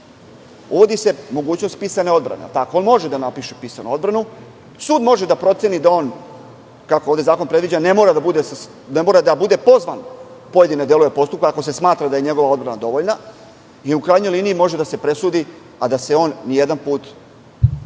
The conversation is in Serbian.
Uvodi se mogućnost pisane odbrane. On može da napiše pisanu odbranu, sud može da proceni da on, kako ovde zakon predviđa, ne mora da bude pozvan u pojedine delove postupka ako se smatra da je njegova odbrana dovoljna i, u krajnjoj liniji, može da se presudi a da se on nijedanput ne